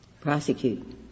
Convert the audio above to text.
prosecute